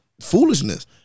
foolishness